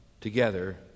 together